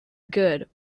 good